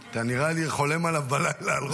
נראה לי שאתה חולם עליו בלילה, על רוטמן.